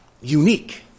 unique